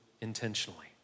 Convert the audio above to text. intentionally